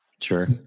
Sure